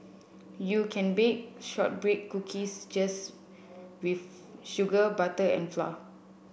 you can bake shortbread cookies just with sugar butter and flour